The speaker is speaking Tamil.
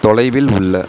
தொலைவில் உள்ள